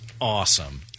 awesome